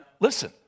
listen